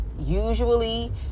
usually